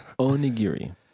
Onigiri